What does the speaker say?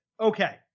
Okay